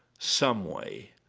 someway,